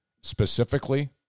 specifically